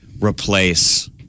replace